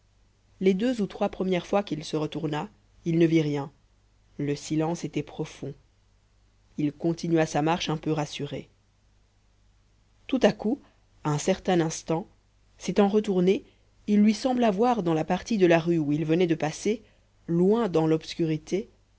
les deux ou trois premières fois qu'il se retourna il ne vit rien le silence était profond il continua sa marche un peu rassuré tout à coup à un certain instant s'étant retourné il lui sembla voir dans la partie de la rue où il venait de passer loin dans l'obscurité